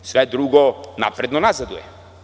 Sve drugo napredno nazaduje.